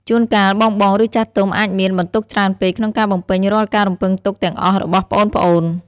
ជួនកាល បងៗ ឬចាស់ទុំ អាចមាន បន្ទុកច្រើនពេក ក្នុងការបំពេញរាល់ការរំពឹងទុកទាំងអស់របស់ប្អូនៗ។